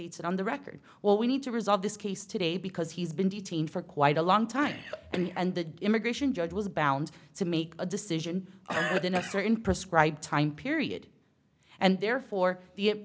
states on the record well we need to resolve this case today because he's been detained for quite a long time and the immigration judge was bound to make a decision within a certain prescribe time period and therefore the